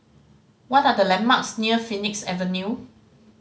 what are the landmarks near Phoenix Avenue